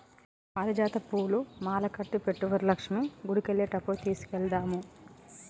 పారిజాత పూలు మాలకట్టి పెట్టు వరలక్ష్మి గుడికెళ్లేటప్పుడు తీసుకెళదాము